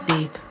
Deep